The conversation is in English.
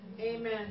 Amen